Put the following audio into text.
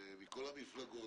מכל המפלגות.